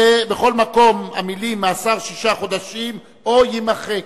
"בכל מקום, המלים 'מאסר שישה חודשים או' יימחקו."